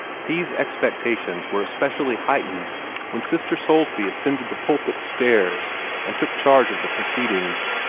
these expectations were especially heightened when sister soulsby ascended the pulpit stairs and took charge of the proceedings.